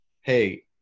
hey